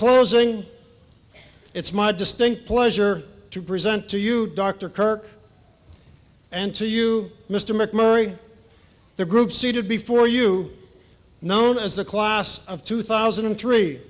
closing it's my distinct pleasure to present to you dr kirk and to you mr mcmurtrie the group seated before you known as the class of two thousand and three